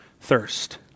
thirst